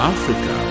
Africa